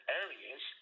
areas